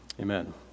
Amen